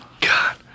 God